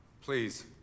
please